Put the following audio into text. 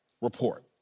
report